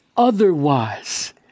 Otherwise